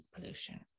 pollution